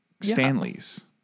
Stanleys